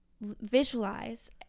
visualize